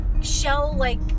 shell-like